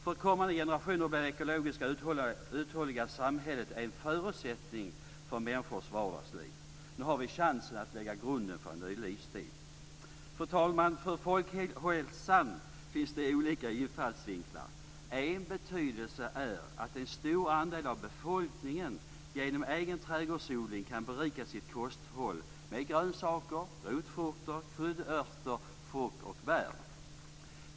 För kommande generationer blir det ekologiskt uthålliga samhället en förutsättning för människors vardagsliv. Nu har vi chansen att lägga grunden till en ny livsstil. Fru talman! För folkhälsan finns det olika infallsvinklar. En betydelse är att en stor andel av befolkningen genom egen trädgårdsodling kan berika sitt kosthåll med grönsaker, rotfrukter, kryddörter, frukt och bär.